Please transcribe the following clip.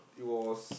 it was